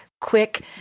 quick